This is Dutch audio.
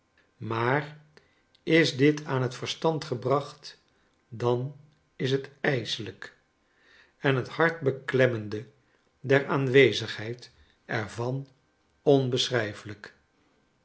maar is dit aan het verstand gebracht dan is het ijselijk en hethartbeklemmendeder aanwezigheid er van onbeschrijfelijk